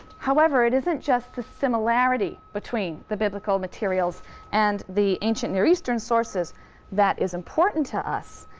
however, it isn't just the similarity between the biblical materials and the ancient near eastern sources that is important to us.